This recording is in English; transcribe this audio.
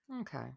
Okay